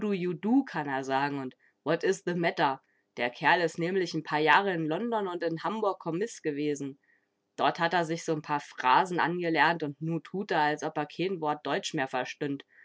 kann er sagen und what is the matter der kerl is nämlich n paar jahre in london und in hamburg kommis gewesen dort hat a sich so n paar phrasen angelernt und nu tut a als ob er keen wort deutsch mehr verstünd